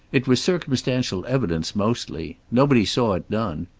it was circumstantial evidence, mostly. nobody saw it done.